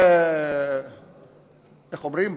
איך אומרים?